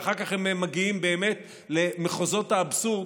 ואחר כך הם מגיעים באמת למחוזות האבסורד,